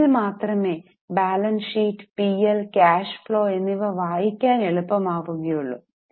എങ്കിൽ മാത്രമേ balance sheet P L cash flow എന്നിവ വായിക്കാൻ എളുപ്പമാവുകയുള്ളൂ